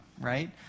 right